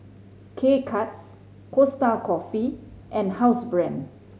K Cuts Costa Coffee and Housebrand